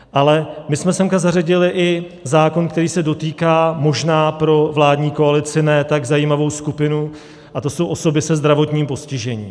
Ale my jsme sem zařadili i zákon, který se dotýká možná pro vládní koalici ne tak zajímavé skupiny, a to jsou osoby se zdravotním postižením.